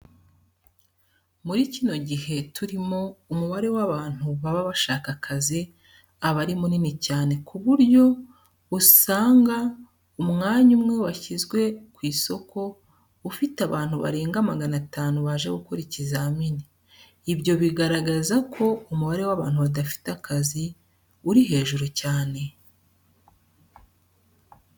Muri kino gihe turimo, umubare w'abantu baba bashaka akazi aba ari munini cyane ku buryo usangwa umwanya umwe washyizwe ku isoko ufite abantu barenga magana atanu baje gukora ikizamini, ibyo bikagaragaza ko umubare w'abantu badafite akazi uri hejuru cyane.